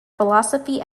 philosophy